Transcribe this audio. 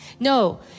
No